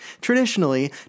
Traditionally